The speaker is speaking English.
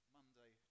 Monday